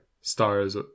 stars